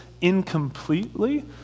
incompletely